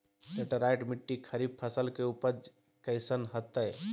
Laterite मिट्टी खरीफ फसल के उपज कईसन हतय?